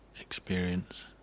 experience